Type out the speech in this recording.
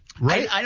Right